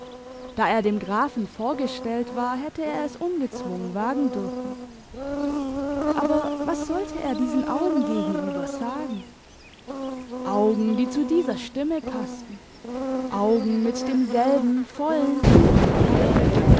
da er dem grafen vorgestellt war hätte er es ungezwungen wagen dürfen aber was sollte er diesen augen gegenüber sagen augen die zu dieser stimme passten augen mit demselben vollen tiefen klang